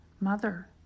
mother